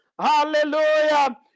hallelujah